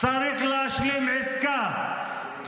צריך להשלים עסקה,